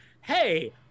hey